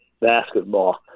basketball